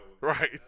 Right